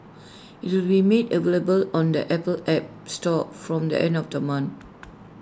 IT will be made available on the Apple app store from the end of the month